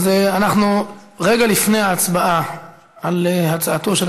אז אנחנו רגע לפני ההצבעה על הצעתו של